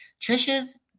Trisha's